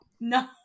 No